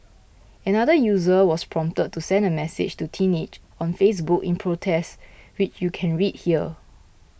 another user was prompted to send a message to teenage on Facebook in protest which you can read here